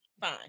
fine